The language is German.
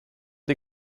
die